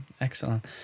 excellent